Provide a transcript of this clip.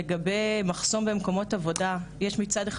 לגבי מחסור במקומות עבודה: יש מצד אחד